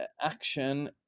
action